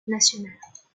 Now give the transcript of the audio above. nationales